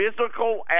Physical